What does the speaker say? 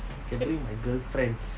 can bring my girlfriends